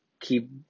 keep